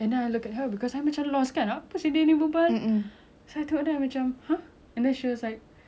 saya tengok dia I macam !huh! and then she was like cause you sound like a man are you sure you never went to surgery before